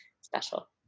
special